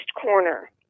corner